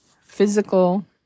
Physical